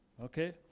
Okay